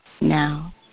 now